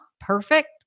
perfect